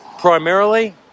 primarily